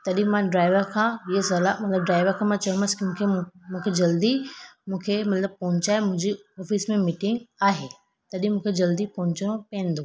तॾहिं मां ड्राइवर खां हीअ सलाह मतलबु ड्राइवर खे मां चयोमांसि की मु मूंखे जल्दी मूंखे मतलबु पहुचाए मुंहिंजी ऑफ़िस में मीटिंग आहे तॾहिं मूंखे जल्दी पहुचणो पवंदो